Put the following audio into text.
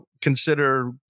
consider